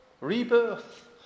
Rebirth